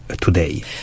today